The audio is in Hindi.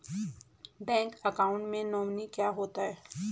बैंक अकाउंट में नोमिनी क्या होता है?